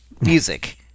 music